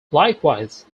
likewise